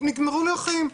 נגמרו לי החיים.